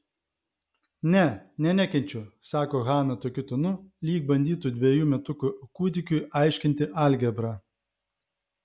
ne ne nekenčiau sako hana tokiu tonu lyg bandytų dvejų metukų kūdikiui aiškinti algebrą